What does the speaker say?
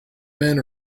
men